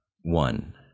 one